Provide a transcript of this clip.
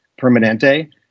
permanente